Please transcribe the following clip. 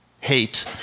hate